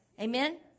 Amen